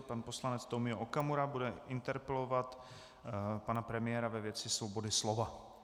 Pan poslanec Tomio Okamura bude interpelovat pana premiéra ve věci svobody slova.